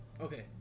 Okay